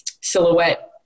silhouette